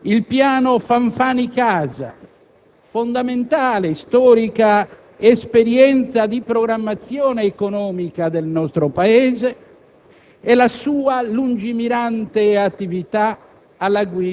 Bastino due soli esempi: il piano "Fanfani-casa", fondamentale e storica esperienza di programmazione economica del nostro Paese,